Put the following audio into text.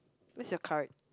where's your card